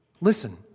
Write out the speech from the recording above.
listen